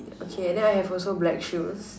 yeah okay then I have also black shoes